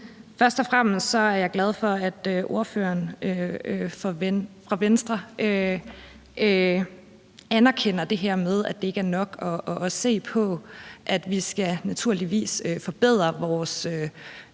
Først og fremmest er jeg glad for, at ordføreren fra Venstre anerkender det her med, at det ikke er nok at se på, at vi naturligvis skal forbedre vores